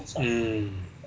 mm